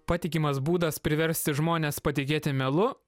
patikimas būdas priversti žmones patikėti melu